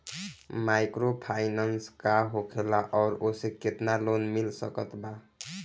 Microfinance का होखेला और ओसे केतना लोन मिल सकत बा?